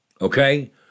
Okay